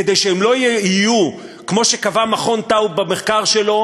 כדי שהם לא יהיו כמו שקבע מרכז טאוב במחקר שלו: